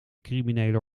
criminele